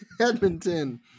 Edmonton